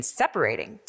separating